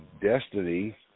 destiny